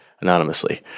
anonymously